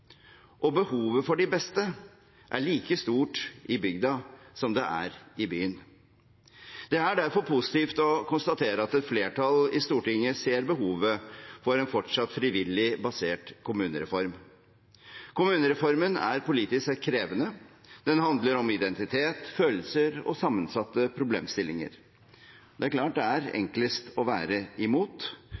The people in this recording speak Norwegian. og behovet for de beste er like stort i bygda som det er i byen. Det er derfor positivt å konstatere at et flertall i Stortinget ser behovet for en fortsatt frivillig basert kommunereform. Kommunereformen er politisk sett krevende. Det handler om identitet, følelser og sammensatte problemstillinger. Det er klart det er enklest å være imot